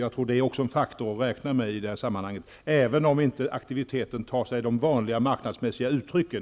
Också det är, tror jag, en faktor att räkna med i det här sammanhanget, även om aktiviteten inte i första taget tar sig de vanliga marknadsmässiga uttrycken.